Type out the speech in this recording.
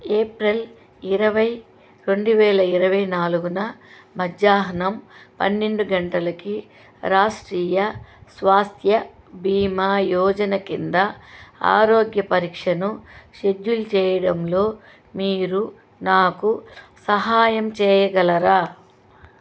April ఇరవై రెండు వేల ఇరవై నాలుగున మధ్యాహ్నం పన్నెండు గంటలకి రాష్ట్రీయ స్వాస్థ్య భీమా యోజన కింద ఆరోగ్య పరీక్షను షెడ్యూల్ చేయడంలో మీరు నాకు సహాయం చేయగలరా